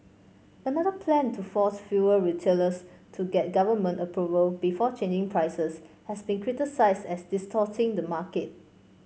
another plan to force fuel retailers to get government approval before changing prices has been criticised as distorting the market